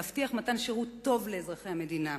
להבטיח מתן שירות טוב לאזרחי המדינה.